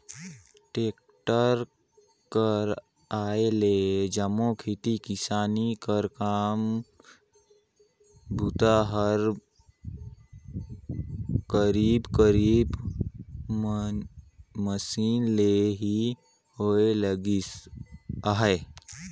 tractor कर आए ले जम्मो खेती किसानी कर काम बूता हर करीब करीब मसीन ले ही होए लगिस अहे